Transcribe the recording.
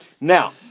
Now